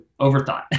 overthought